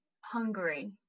Hungary